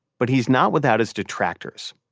but he's not without his detractors.